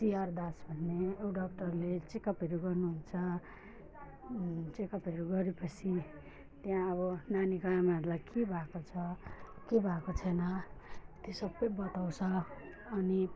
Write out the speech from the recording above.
CR Das भन्ने एउटा डक्टरले चाहिँ चेकअपहरू गर्नुहुन्छ चेकअपहरू गरेपछि त्यहाँ अब नानीको आमाहरूलाई के भएको छ के भएको छैन त्यो सबै बताउँछ अनि